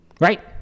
Right